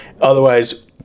otherwise